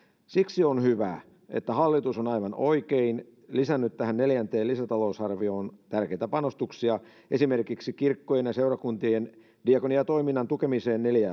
siksi on hyvä että hallitus on aivan oikein lisännyt tähän neljänteen lisätalousarvioon tärkeitä panostuksia esimerkiksi kirkkojen ja seurakuntien diakoniatoiminnan tukemiseen neljä